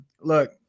look